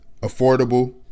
affordable